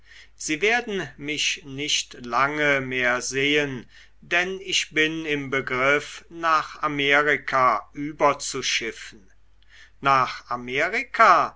sie werden mich nicht lange mehr sehen denn ich bin im begriff nach amerika überzuschiffen nach amerika